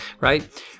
right